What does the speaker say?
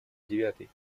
девятый